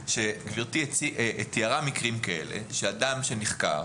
כמו שגברתי תיארה, שאדם נחקר,